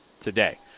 today